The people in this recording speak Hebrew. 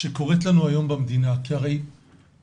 שקוראת לנו היום במדינה כי הרי כולנו,